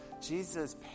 Jesus